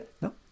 no